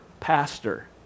pastor